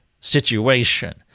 situation